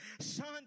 Son